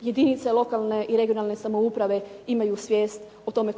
jedinice lokalne i regionalne samouprave imaju svijest o tome